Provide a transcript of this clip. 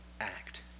act